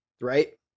right